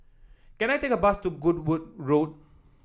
can I take a bus to Goodwood Road